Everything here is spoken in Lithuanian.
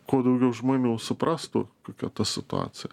kuo daugiau žmonių suprastų kokia ta situacija